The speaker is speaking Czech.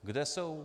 Kde jsou?